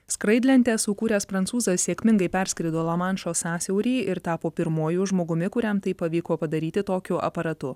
skraidlentę sukūręs prancūzas sėkmingai perskrido lamanšo sąsiaurį ir tapo pirmuoju žmogumi kuriam tai pavyko padaryti tokiu aparatu